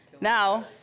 Now